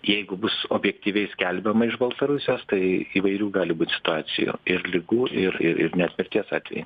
jeigu bus objektyviai skelbiama iš baltarusijos tai įvairių gali būt situacijų ir ligų ir ir ir net mirties atvejai